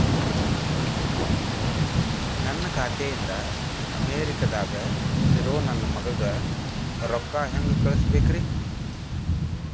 ನನ್ನ ಖಾತೆ ಇಂದ ಅಮೇರಿಕಾದಾಗ್ ಇರೋ ನನ್ನ ಮಗಗ ರೊಕ್ಕ ಹೆಂಗ್ ಕಳಸಬೇಕ್ರಿ?